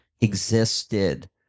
existed